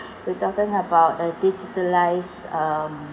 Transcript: we're talking about a digitalised um